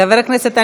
חבר הכנסת,